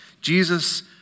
Jesus